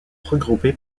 regroupés